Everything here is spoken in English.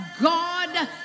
God